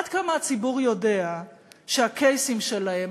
עד כמה הציבור יודע שהקייסים שלהם,